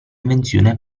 invenzione